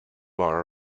bar